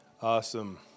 awesome